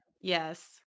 Yes